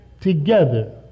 together